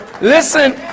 Listen